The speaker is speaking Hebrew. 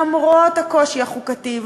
למרות הקושי החוקתי,